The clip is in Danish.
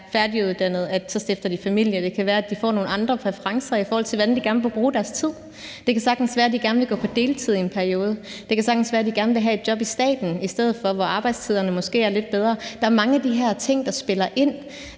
så er færdiguddannet, stifter de familie, og det kan være, at de får nogle andre præferencer, i forhold til hvordan de gerne vil bruge deres tid. Det kan sagtens være, de gerne vil gå på deltid i en periode, og det kan sagtens være, de gerne vil have et job i staten i stedet for, hvor arbejdstiderne måske er lidt bedre. Der er mange af de her ting, der spiller ind,